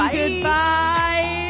Goodbye